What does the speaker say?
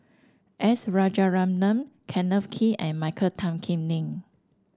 S Rajaratnam Kenneth Kee and Michael Tan Kim Nei